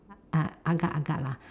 uh agar agar lah